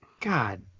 God